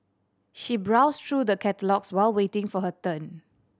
she browsed through the catalogues while waiting for her turn